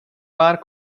pár